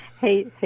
hey